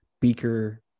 Beaker